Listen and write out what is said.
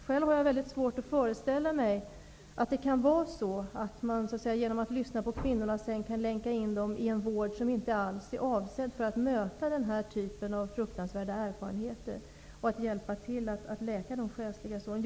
Själv har jag väldigt svårt att föreställa mig att det räcker att lyssna på kvinnorna och sedan länka in dem i en vård som inte alls är avsedd för att möta den här typen av fruktansvärda erfarenheter och att hjälpa till att läka de själsliga sår som har uppstått.